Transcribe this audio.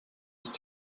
ist